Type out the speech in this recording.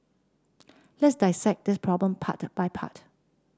let's dissect this problem part by part